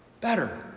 better